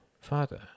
father